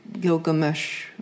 Gilgamesh